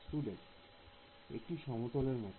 Student একটি সমতলের মত